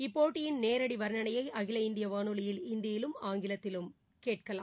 இப்போட்டியின் நேரடி வர்ணனையை அகில இந்திய வானொலி இந்தியிலும் ஆங்கிலத்திலும் ஒலிபரப்புகிறது